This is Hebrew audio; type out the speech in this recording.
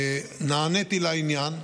נעניתי לעניין,